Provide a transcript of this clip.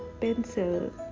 pencil